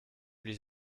les